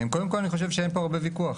קודם כול, אני חושב שאין פה הרבה ויכוח.